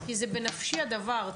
כי זה בנפשי הדבר,